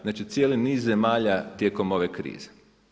Znači cijeli niz zemalja tijekom ove krize.